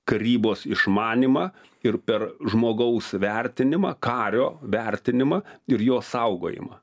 karybos išmanymą ir per žmogaus vertinimą kario vertinimą ir jo saugojimą